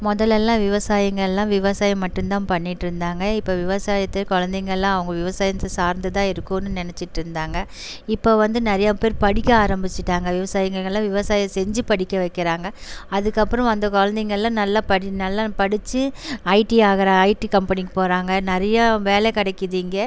முதல்லலாம் விவசாயிங்கெல்லாம் விவசாயம் மட்டும் தான் பண்ணிகிட்ருந்தாங்க இப்போ விவசாயத்தை குலந்தைங்கெல்லாம் அவங்க விவசாயத்தை சார்ந்து தான் இருக்கும்னு நினச்சிட்டிருந்தாங்க இப்போ வந்து நிறையா பேர் படிக்க ஆரம்பிச்சிட்டாங்கள் விவசாயிங்கெல்லாம் விவசாயம் செஞ்சு படிக்க வைக்கிறாங்கள் அதுக்கப்புறம் அந்த குலந்தைங்கெல்லாம் நல்லா படி நல்லா படிச்சு ஐடி ஆகுற ஐடி கம்பனிக்கு போகிறாங்க நிறையா வேலை கிடைக்கிது இங்கே